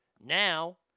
Now